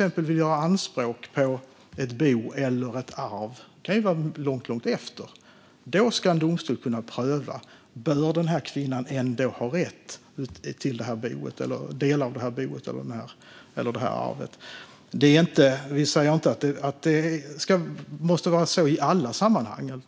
Om en kvinna vill göra anspråk på ett bo eller ett arv - det kan vara långt efteråt - ska en domstol kunna pröva om hon ändå bör ha rätt till en del av boet eller arvet. Vi säger inte att det måste vara så i alla sammanhang;